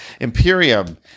Imperium